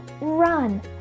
run